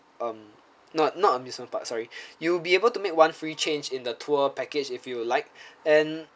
um not not amusement park sorry you'll be able to make one free change in the tour package if you'd like and